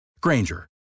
Granger